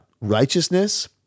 Righteousness